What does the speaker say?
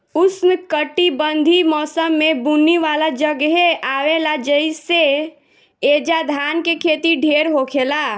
उष्णकटिबंधीय मौसम में बुनी वाला जगहे आवेला जइसे ऐजा धान के खेती ढेर होखेला